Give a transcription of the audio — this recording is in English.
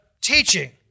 teaching